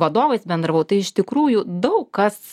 vadovais bendravau tai iš tikrųjų daug kas